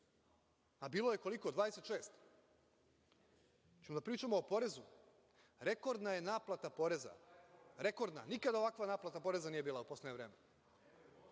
a bilo je, koliko, 26%.Hoćemo da pričamo o porezu? Rekordna je naplata poreza, rekordna. Nikada ovakva naplata poreza nije bila u poslednje vreme.